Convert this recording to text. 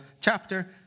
chapter